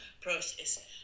process